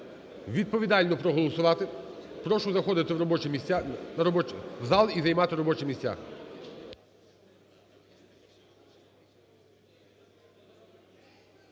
відповідально проголосувати. Прошу заходити в зал і займати робочі місця.